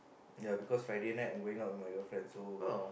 ya because Friday night I'm going out with my girlfriend so